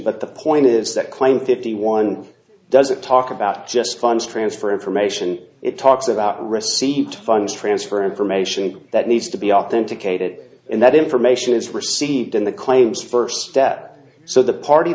but the point is that claim fifty one doesn't talk about just funds transfer information it talks about received funds transfer information that needs to be authenticated in that information is received in the claims first step so the party